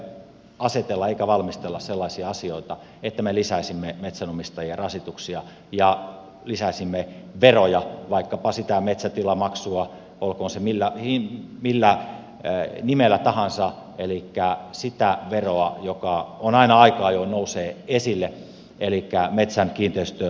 meidän ei myöskään tule asetella eikä valmistella sellaisia asioita että me lisäisimme metsänomistajien rasituksia ja lisäisimme veroja vaikkapa sitä metsätilamaksua olkoon se millä nimellä tahansa elikkä sitä veroa joka aina aika ajoin nousee esille elikkä metsän kiinteistöveroa